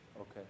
Okay